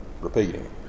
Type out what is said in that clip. repeating